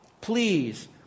please